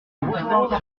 arrive